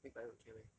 take bio and chem eh